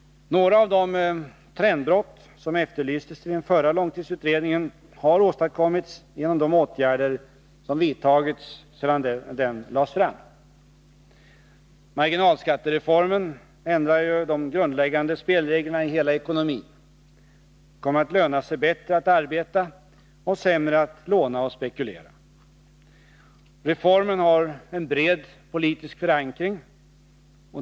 Några av de trendbrott som efterlystes i den förra långtidsutredningen har åstadkommits genom de åtgärder som vidtagits sedan den lades fram. Marginalskattereformen ändrar de grundläggande spelreglerna i hela ekonomin. Det kommer att löna sig bättre att arbeta och sämre att låna och spekulera. Reformen har en bred politisk förankring.